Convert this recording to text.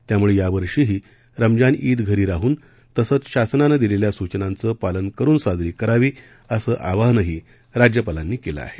त्यामुळे यावर्षीही रमजान ईद घरी राहून तसंव शासनानं दिलेल्या सूचनांचं पालन करून साजरी करावी असं आवाहनही त्यांनी केलं आहे